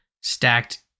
stacked